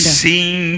sing